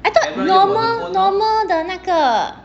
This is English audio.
I thought normal normal 的那个